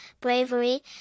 bravery